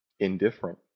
indifferent